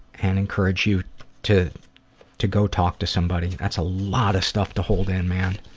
and encourage you to to go talk to somebody. that's a lot of stuff to hold in, man.